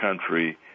country